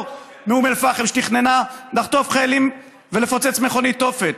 מאום אל-פחם שתכננה לחטוף חיילים ולפוצץ מכונית תופת,